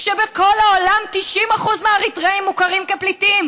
כשבכל העולם 90% מהאריתריאים מוכרים כפליטים,